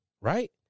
right